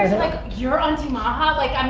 like, you're auntie maha? like, i'm,